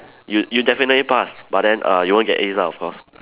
you you definitely pass but then uh you won't get As ah of course